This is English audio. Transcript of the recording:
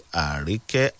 arike